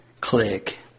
click